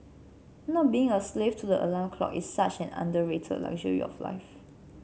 not being a slave to the alarm clock is such an underrated luxury of life